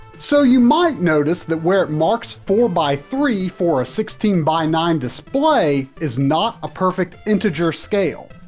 so you might notice that where it marks four by three for a sixteen by nine display is not a perfect integer scale,